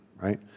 right